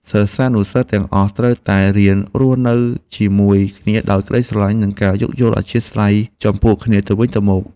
សិស្សានុសិស្សទាំងអស់ត្រូវតែរៀនរស់នៅជាមួយគ្នាដោយក្តីស្រឡាញ់ និងការយោគយល់អធ្យាស្រ័យចំពោះគ្នាទៅវិញទៅមក។